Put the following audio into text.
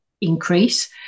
increase